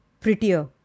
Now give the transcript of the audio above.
prettier